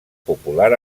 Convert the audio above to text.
popular